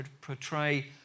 portray